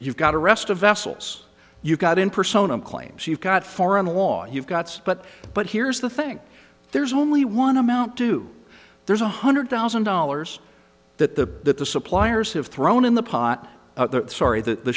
you've got a rest of vessels you've got in persona claims you've got foreign law you've got but but here's the thing there's only one amount due there's one hundred thousand dollars that the that the suppliers have thrown in the pot sorry th